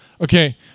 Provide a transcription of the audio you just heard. Okay